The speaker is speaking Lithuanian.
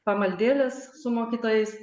pamaldėles su mokytojais